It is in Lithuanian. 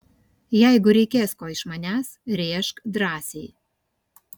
jeigu reikės ko iš manęs rėžk drąsiai